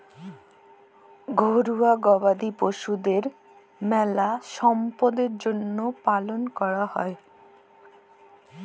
ঘরুয়া গবাদি পশুদের মেলা ছম্পদের জ্যনহে পালন ক্যরা হয়